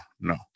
no